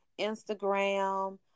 Instagram